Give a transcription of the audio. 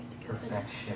perfection